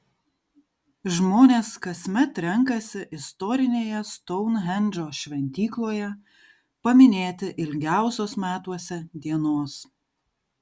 žmonės kasmet renkasi istorinėje stounhendžo šventykloje paminėti ilgiausios metuose dienos